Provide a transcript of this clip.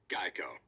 Geico